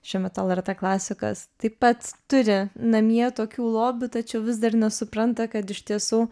šiuo metu lrt klasikos taip pat turi namie tokių lobių tačiau vis dar nesupranta kad iš tiesų